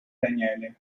daniele